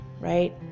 Right